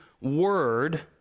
word